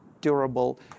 durable